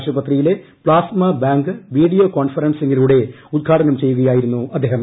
ആശുപത്രിയിലെ plasma bank video കോൺഫറൻസിലൂടെ ഉദ്ഘാടനം ചെയ്യുകയായിരുന്നു അദ്ദേഹം